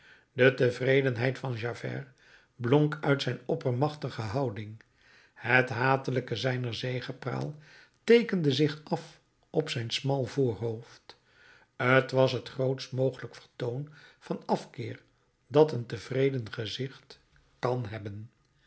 de tevredenheid van javert blonk uit zijn oppermachtige houding het hatelijke zijner zegepraal teekende zich af op zijn smal voorhoofd t was het grootst mogelijk vertoon van afkeer dat een tevreden gezicht kan hebben